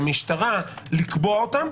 למשטרה לקבוע אותן,